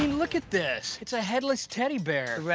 look at this, it's a headless teddy bear.